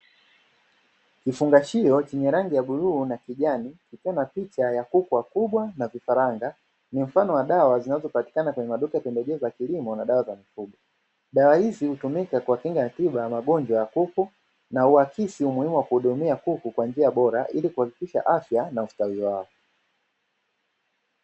Kifungashio chenye rangi ya bluu na kijani kikiwa na picha ya kuku wakubwa na vifaranga. Ni mfano wa dawa zinazopatikana kwenye maduka pembejeo za kilimo na dawa za mifugo, dawa hizi hutumika kwa kinga ya tiba ya magonjwa ya kuku, na huakisi umuhimu wa kuhudumia kuku kwa njia bora ili kuhakikisha afya na ustawi wao.